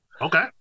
Okay